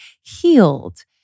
healed